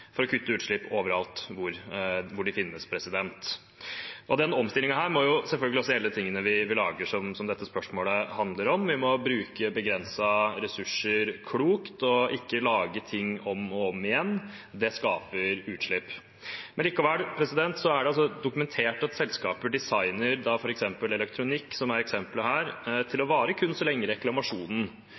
for å kutte utslipp overalt hvor de finnes. Denne omstillingen må selvfølgelig også gjelde de tingene vi lager, som dette spørsmålet handler om. Vi må bruke begrensede ressurser klokt og ikke lage ting om og om igjen. Det skaper utslipp. Men likevel er det altså dokumentert at selskaper designer f.eks. elektronikk, som er eksempelet her, til å vare kun så lenge reklamasjonen